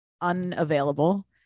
unavailable